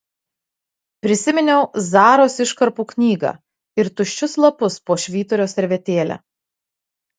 prisiminiau zaros iškarpų knygą ir tuščius lapus po švyturio servetėle